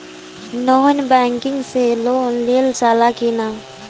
Non banking से loan लेल जा ले कि ना?